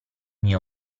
mio